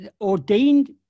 ordained